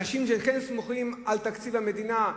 אנשים שכן סמוכים על תקציב המדינה,